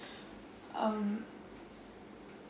um